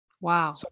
Wow